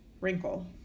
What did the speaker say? wrinkle